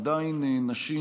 עדיין נשים,